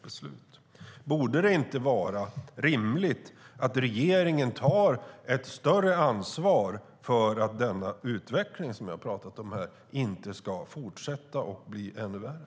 Borde det inte vara rimligt att regeringen tar ett större ansvar för att denna utveckling inte ska fortsätta och bli ännu värre?